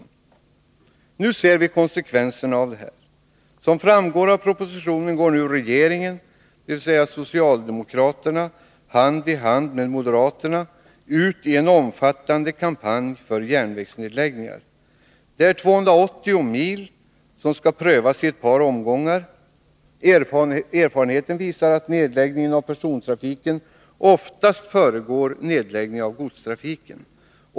Nu ser Torsdagen den vi konsekvenserna. 5 maj 1983 Som framgår av propositionen går nu regeringen, dvs. socialdemokraterna, hand i hand med moderaterna ut i en omfattande kampanj för järnvägsnedläggningar. Det är 280 mil som skall prövas i ett par omgångar. Erfarenheten visar att nedläggning av persontrafiken oftast föregår nedläggning av godstrafiken.